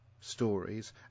stories